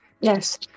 yes